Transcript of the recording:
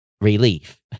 relief